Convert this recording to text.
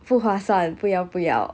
不划算不要不要